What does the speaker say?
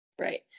Right